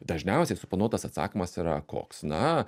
dažniausiai suplanuotas atsakymas yra koks na